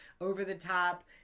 over-the-top